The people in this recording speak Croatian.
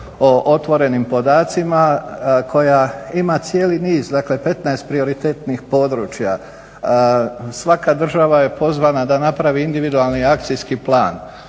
o otvornim podacima koja ima cijeli niz dakle 15 prioritetnih područja. Svaka država je pozvana da napravi individualni akcijski plan.